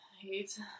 hate